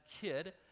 kid